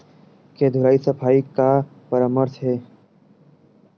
के धुलाई सफाई के का परामर्श हे?